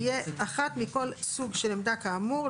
תהיה אחת מכל סוג של עמדה כאמור,